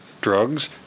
drugs